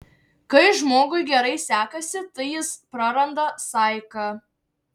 kai žmogui gerai sekasi tai jis praranda saiką